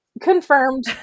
Confirmed